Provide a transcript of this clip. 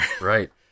Right